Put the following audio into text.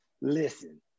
listen